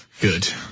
Good